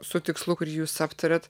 su tikslu kurį jūs aptarėt